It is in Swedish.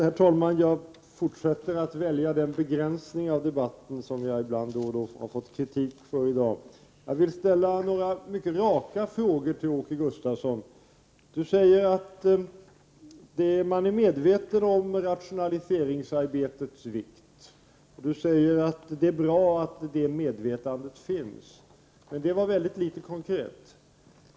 Herr talman! Jag fortsätter att välja den begränsning av debatten som jag då och då i dag har fått kritik för. Jag vill ställa några mycket raka frågor till Åke Gustavsson. Han sade att människor inom koncernen är medvetna om rationaliseringsarbetets vikt. Han sade också att det är bra att det medvetandet finns, men det var inte särskilt konkret.